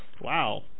wow